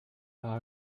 paar